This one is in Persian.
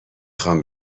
خوام